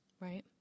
right